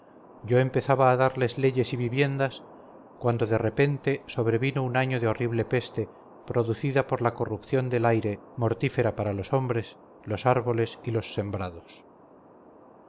yo empezaba a darles leyes y viviendas cuando de repente sobrevino un año de horrible peste producida por la corrupción del aire mortífera para los hombres los árboles y los sembrados